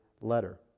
letter